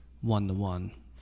one-to-one